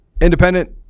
Independent